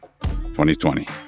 2020